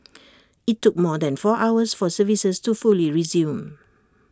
IT took more than four hours for services to fully resume